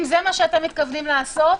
אם זה מה שאתם מתכוונים לעשות,